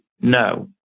No